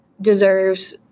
deserves